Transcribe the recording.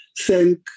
Thank